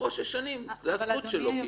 עברו שש שנים, זו הזכות שלו.